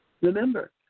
Remember